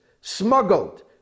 smuggled